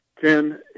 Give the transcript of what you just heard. Ken